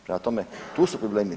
Prema tome, tu su problemi.